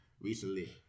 recently